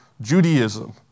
Judaism